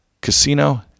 casino